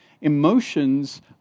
emotions